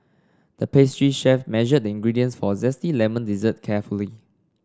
the pastry chef measured the ingredients for a zesty lemon dessert carefully